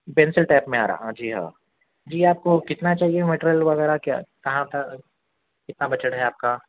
بینسل type میں آ رہا ہے جی ہاں جی آپ کو کتنا چاہیے مٹیریل وغیرہ کیا کہاں کتنا بجٹ ہے آپ کا